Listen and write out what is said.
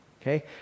Okay